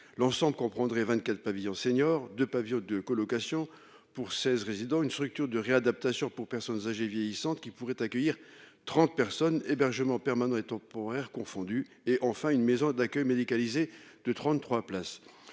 l'ensemble comprendrait 24 pavillon senior de Pavio de colocation pour 16 résidents. Une structure de réadaptation pour personnes âgées vieillissantes qui pourrait accueillir 30 personnes hébergement permanent et temporaire confondus et enfin une maison d'accueil médicalisé de 33 places,